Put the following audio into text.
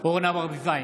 אורנה ברביבאי,